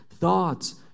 Thoughts